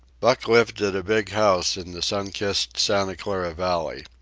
buck lived at a big house in the sun-kissed santa clara valley.